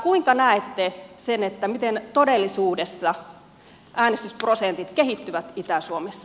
kuinka näette sen miten todellisuudessa äänestysprosentit kehittyvät itä suomessa